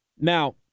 Now